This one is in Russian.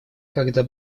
когда